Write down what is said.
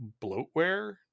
bloatware